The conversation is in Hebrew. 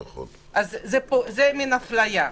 אז זו מעין אפליה.